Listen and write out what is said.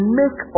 make